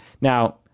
Now